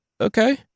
Okay